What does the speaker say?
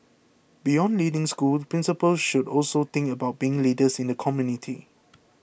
beyond leading schools principals should also think about being leaders in the community